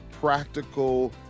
practical